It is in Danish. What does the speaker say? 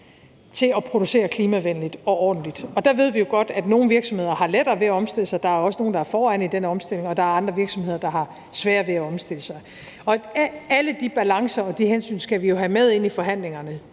til at producere klimavenligt og ordentligt, og der ved vi jo godt, at nogle virksomheder har lettere ved at omstille sig – der er også nogle, der er foran i den omstilling – og at der er andre virksomheder, der har sværere ved at omstille sig, og alle de balancer og de hensyn skal vi jo have med ind i forhandlingerne.